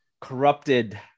corrupted